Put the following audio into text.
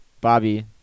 Bobby